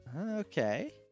Okay